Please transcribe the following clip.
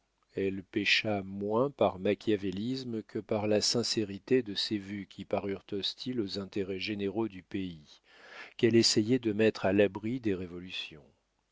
elle pécha moins par machiavélisme que par la sincérité de ses vues qui parurent hostiles aux intérêts généraux du pays qu'elle essayait de mettre à l'abri des révolutions